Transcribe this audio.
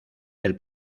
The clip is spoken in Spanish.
del